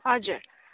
हजुर